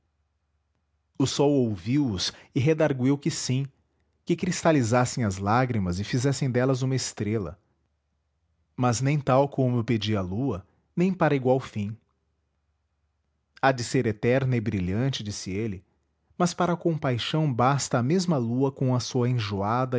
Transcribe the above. o sol ouviu os e redargüiu que sim que cristalizassem as lágrimas e fizessem delas uma estrela mas nem tal como o pedia a lua nem para igual fim há de ser eterna e brilhante disse ele mas para a compaixão basta a mesma lua com a sua enjoada